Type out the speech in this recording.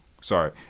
sorry